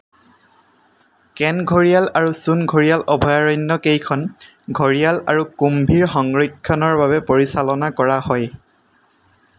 কেন ঘৰিয়াল আৰু চোন ঘৰিয়াল অভয়াৰণ্যকেইখন ঘৰিয়াল আৰু কুম্ভীৰ সংৰক্ষণৰ বাবে পৰিচালনা কৰা হয়